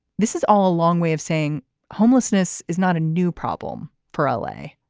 this is all a long way of saying homelessness is not a new problem for l a,